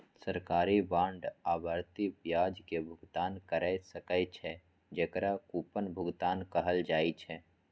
सरकारी बांड आवर्ती ब्याज के भुगतान कैर सकै छै, जेकरा कूपन भुगतान कहल जाइ छै